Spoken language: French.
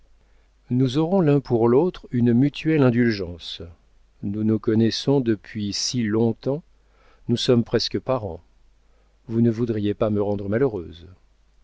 nous aurons l'un pour l'autre une mutuelle indulgence nous nous connaissons depuis si long-temps nous sommes presque parents vous ne voudriez pas me rendre malheureuse